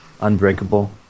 Unbreakable